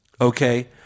Okay